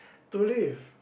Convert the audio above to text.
to leave